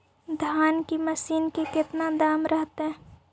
धान की मशीन के कितना दाम रहतय?